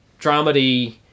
dramedy